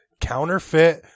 counterfeit